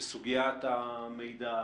שסוגיית המידע,